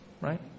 right